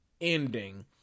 ending